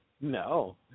No